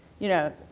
you know,